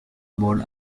board